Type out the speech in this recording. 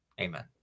Amen